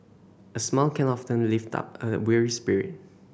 a smile can often lift up a weary spirit